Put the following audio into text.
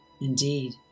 Indeed